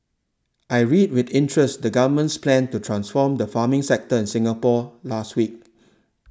I read with interest the Government's plan to transform the farming sector in Singapore last week